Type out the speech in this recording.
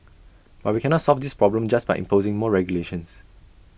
but we can not solve this problem just by imposing more regulations